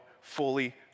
fully